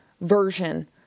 version